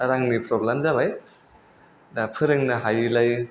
रांनि प्रब्लेम जाबाय दा फोरोंनो हायैलाय